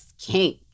kink